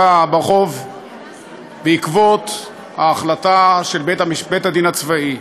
ברחוב בעקבות ההחלטה של בית-הדין הצבאי.